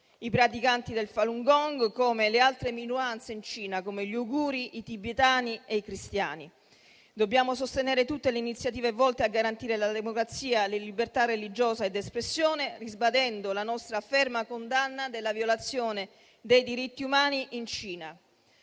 i praticanti del Falun Gong come le altre minoranze in Cina (gli uiguri, i tibetani e i cristiani). Dobbiamo sostenere tutte le iniziative volte a garantire la democrazia, la libertà religiosa e la libertà di espressione, ribadendo la nostra ferma condanna della violazione dei diritti umani in Cina.